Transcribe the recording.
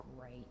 great